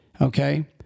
okay